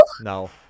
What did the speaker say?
No